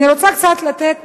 אני רוצה קצת לתת